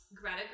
Greta